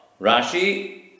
Rashi